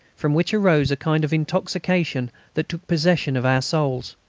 from which arose a kind of intoxication that took possession of our souls.